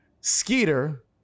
Skeeter